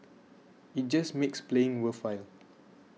it just makes playing worthwhile